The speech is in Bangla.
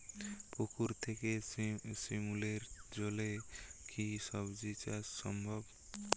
পুকুর থেকে শিমলির জলে কি সবজি চাষ সম্ভব?